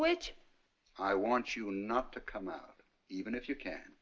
which i want you not to come out even if you can